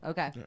Okay